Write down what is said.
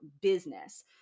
business